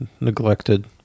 neglected